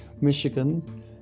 Michigan